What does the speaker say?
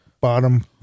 bottom